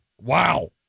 Wow